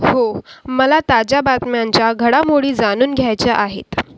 हो मला ताज्या बातम्यांच्या घडामोडी जाणून घ्यायच्या आहेत